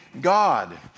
God